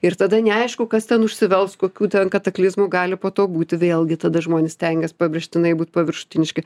ir tada neaišku kas ten užsivels kokių ten kataklizmų gali po to būti vėlgi tada žmonės stengias pabrėžtinai būt paviršutiniški